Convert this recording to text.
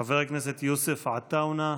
חבר הכנסת יוסף עטאונה.